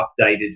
updated